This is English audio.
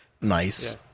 nice